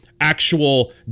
actual